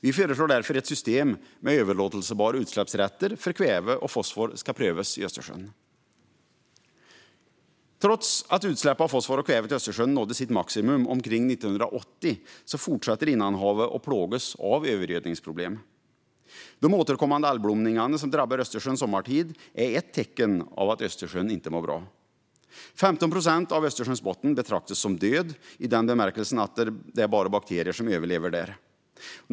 Vi föreslår därför att ett system med överlåtelsebara utsläppsrätter för kväve och fosfor ska prövas i Östersjön. Trots att utsläppen av fosfor och kväve till Östersjön nådde sitt maximum omkring 1980 fortsätter innanhavet att plågas av övergödningsproblem. De återkommande algblomningarna som drabbar Östersjön sommartid är ett tecken på att Östersjön inte mår bra. 15 procent av Östersjöns botten betraktas som död i den bemärkelsen att det bara är bakterier som överlever där.